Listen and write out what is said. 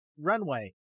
runway